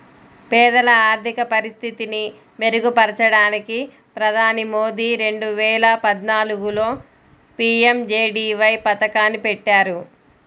పేదల ఆర్థిక పరిస్థితిని మెరుగుపరచడానికి ప్రధాని మోదీ రెండు వేల పద్నాలుగులో పీ.ఎం.జే.డీ.వై పథకాన్ని పెట్టారు